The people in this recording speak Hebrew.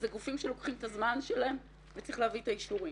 אלה גופים שלוקחים את הזמן שלהם וצריך להביא את האישורים.